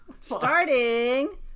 Starting